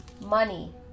money